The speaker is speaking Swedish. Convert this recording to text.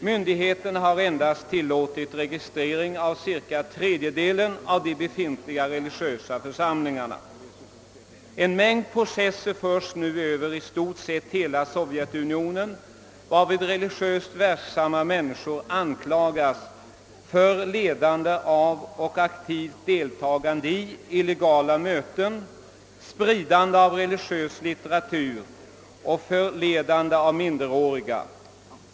Myndigheterna har endast tilllåtit registrering av cirka tredjedelen av de befintliga religiösa församlingarna. En mängd processer förs nu över i stort sett hela Sovjetunionen, varvid religiöst verksamma människor anklagas för ledande av och aktivt deltagande i illegala möten, spridande av religiös litteratur och förledande av minderåriga.